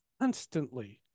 constantly